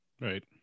Right